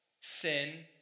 sin